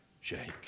shake